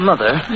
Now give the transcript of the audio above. Mother